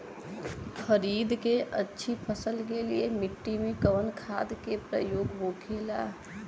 खरीद के अच्छी फसल के लिए मिट्टी में कवन खाद के प्रयोग होखेला?